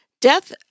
Death